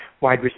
Wide